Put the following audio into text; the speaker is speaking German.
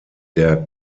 der